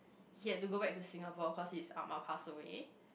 he had to go back to Singapore cause his ah-ma passed away